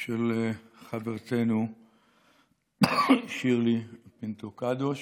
של חברתנו שירלי פינטו קדוש.